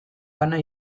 bana